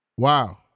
Wow